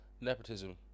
Nepotism